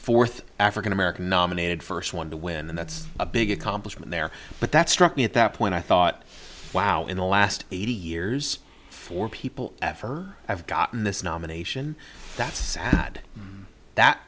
fourth african american nominated first one to win and that's a big accomplishment there but that struck me at that point i thought wow in the last eighty years for people at for i've gotten this nomination that's sad that